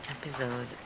episode